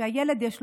שלילד יש בית,